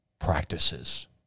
practices